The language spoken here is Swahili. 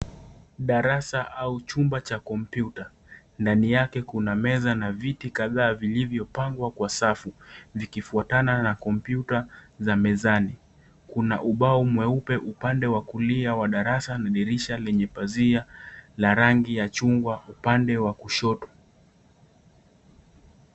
Darasa au chumba cha kompyuta ,ndani yake kuna meza na viti kadhaa zilizopangwa kwa safu zikifuatana na kompyuta za mezani . Kuna ubao mweupe upande wa kulia wa darasa, dirisha lenye pazia ya rangi ya chungwa upande wa kushoto .